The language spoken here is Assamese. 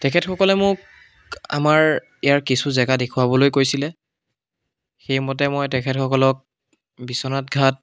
তেখেতসকলে মোক আমাৰ ইয়াৰ কিছু জেগা দেখুৱাবলৈ কৈছিলে সেইমতে মই তেখেতসকলক বিশ্বনাথ ঘাট